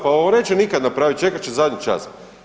Pa on neće nikad napravit, čekat će zadnji čas.